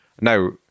now